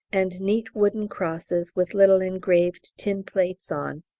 and neat wooden crosses with little engraved tin plates on,